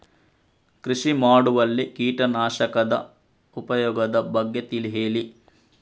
ಕೃಷಿ ಮಾಡುವಲ್ಲಿ ಕೀಟನಾಶಕದ ಉಪಯೋಗದ ಬಗ್ಗೆ ತಿಳಿ ಹೇಳಿ